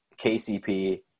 KCP